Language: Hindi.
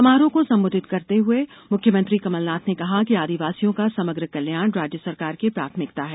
समारोह को सम्बोधित करते मुख्यमंत्री कमलनाथ ने कहा कि आदिवासियों का समग्र कल्याण राज्य सरकार की प्राथमिकता है